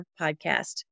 Podcast